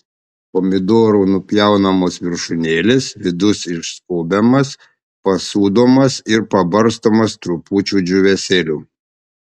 pomidorų nupjaunamos viršūnėlės vidus išskobiamas pasūdomas ir pabarstomas trupučiu džiūvėsėlių